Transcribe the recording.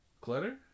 Clutter